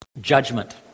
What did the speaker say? judgment